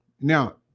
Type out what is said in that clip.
Now